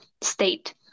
state